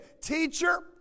teacher